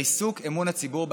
בריסוק אמון הציבור בהחלטותיה.